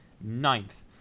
ninth